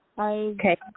Okay